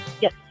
Yes